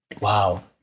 wow